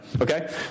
Okay